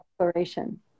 exploration